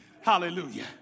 Hallelujah